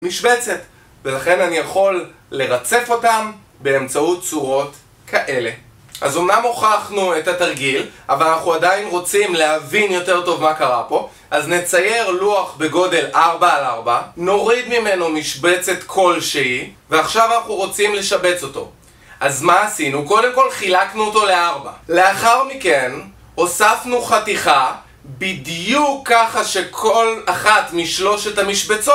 משבצת ולכן אני יכול לרצף אותם באמצעות צורות כאלה. אז אמנם הוכחנו את התרגיל אבל אנחנו עדיין רוצים להבין יותר טוב מה קרה פה, אז נצייר לוח בגודל 4 על 4, נוריד ממנו משבצת כלשהי ועכשיו אנחנו רוצים לשבץ אותו. אז מה עשינו? קודם כל חילקנו אותו ל-4. לאחר מכן הוספנו חתיכה בדיוק ככה שכל אחת משלושת המשבצות